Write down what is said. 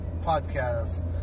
podcast